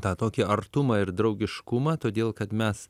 tą tokį artumą ir draugiškumą todėl kad mes